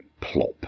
plop